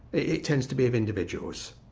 it tends to be of individuals,